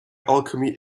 alchemy